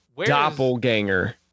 doppelganger